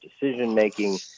decision-making